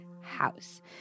house